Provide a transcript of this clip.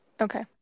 Okay